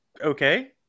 Okay